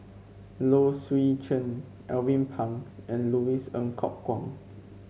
Low Swee Chen Alvin Pang and Louis Ng Kok Kwang